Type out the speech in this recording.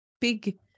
big